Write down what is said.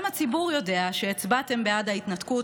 גם הציבור יודע שהצבעתם בעד ההתנתקות,